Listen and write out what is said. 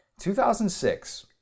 2006